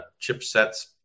chipsets